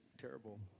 terrible